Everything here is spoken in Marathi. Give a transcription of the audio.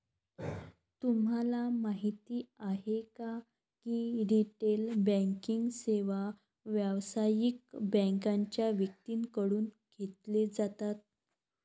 तुम्हाला माहिती आहे का की रिटेल बँकिंग सेवा व्यावसायिक बँकांच्या व्यक्तींकडून घेतली जातात